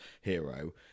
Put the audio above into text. Hero